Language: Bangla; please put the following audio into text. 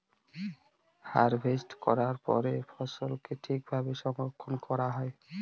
হারভেস্ট করার পরে ফসলকে ঠিক ভাবে সংরক্ষন করা হয়